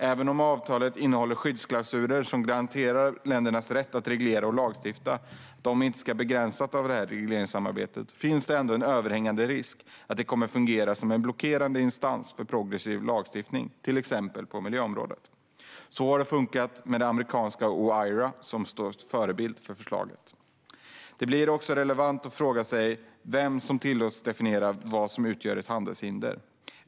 Även om avtalet innehåller skyddsklausuler som garanterar att ländernas rätt att reglera och lagstifta inte ska begränsas av regleringssamarbetet finns en överhängande risk att det kommer att fungera som en blockerande instans för progressiv lagstiftning, till exempel på miljöområdet. Så har det funkat med amerikanska OIRA, som har stått förebild för förslaget. Det blir också relevant att fråga sig vem som tillåts definiera vad som utgör ett handelshinder.